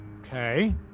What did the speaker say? Okay